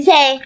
Say